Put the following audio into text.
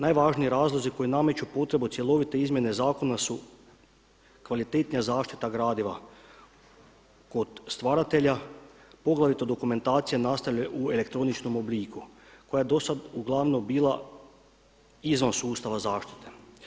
Najvažniji razlozi koji nameću potrebu cjelovite izrade zakona su kvalitetnija zaštita gradiva kod stvaratelja poglavito dokumentacija nastala u elektroničkom obliku koja je do sada uglavnom bila izvan sustava zaštite.